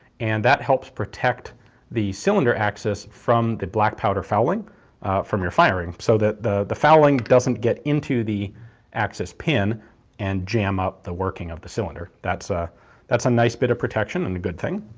and that helps protect the cylinder axis from the black powder fouling from your firing. so that the the fouling doesn't get into the axis pin and jam up the working of the cylinder. that's ah that's a nice bit of protection and a good thing.